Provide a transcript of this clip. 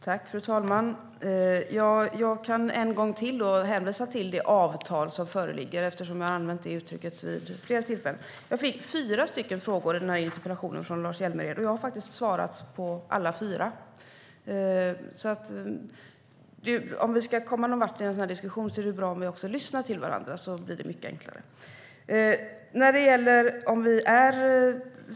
Fru talman! Jag kan en gång till hänvisa till det avtal som föreligger, eftersom jag har använt det uttrycket vid flera tillfällen. Jag fick fyra frågor i interpellationen från Lars Hjälmered. Jag har faktiskt svarat på alla fyra. Om vi ska komma någon vart i en sådan här diskussion är det bra om vi också lyssnar till varandra. Då blir det mycket enklare.